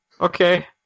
Okay